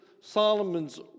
Solomon's